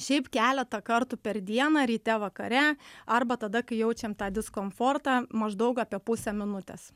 šiaip keletą kartų per dieną ryte vakare arba tada kai jaučiam tą diskomfortą maždaug apie pusę minutės